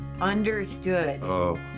understood